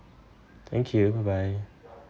thank you bye bye